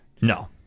No